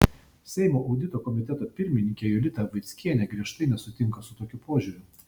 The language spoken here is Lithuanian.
seimo audito komiteto pirmininkė jolita vaickienė griežtai nesutinka su tokiu požiūriu